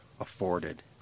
afforded